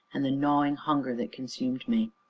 and the gnawing hunger that consumed me.